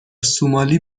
سومالی